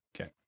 Okay